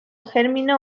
germánico